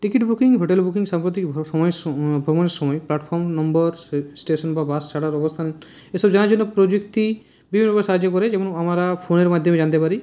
ticket booking hotel booking সবেতেই ভ্রমণের সময়ে প্ল্যাটফর্ম নম্বর স্টেশন বা বাস ছাড়ার অবস্থান এসব জানার জন্য প্রযুক্তি বিভিন্নভাবে সাহায্য করে যেমন আমরা ফোনের মাধ্যমে জানতে পারি